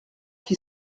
qui